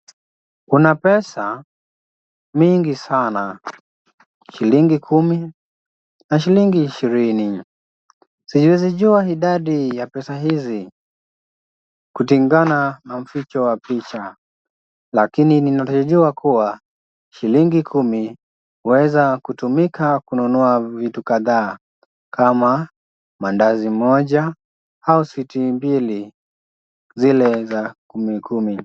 Kuna pesa mingi sana, shilingi kumi na shilingi ishirini. Siwezi jua idadi ya pesa hizi kulingana na mficho wa picha, lakini ninalojua kuwa shilingi kumi waweza kutumika kununua vitu kadhaa, kama mandazi moja au switi mbili, zile za kumi kumi.